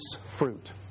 fruit